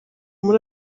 muri